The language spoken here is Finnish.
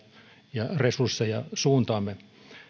ja resursseja suuntaamme